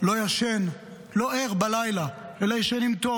לא ער בלילה, אלא ישנים טוב.